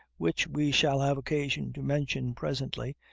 which we shall have occasion to mention presently,